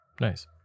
nice